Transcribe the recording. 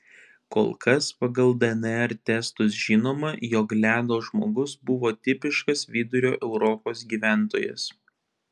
kol kas pagal dnr testus žinoma jog ledo žmogus buvo tipiškas vidurio europos gyventojas